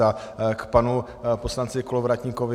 A k panu poslanci Kolovratníkovi.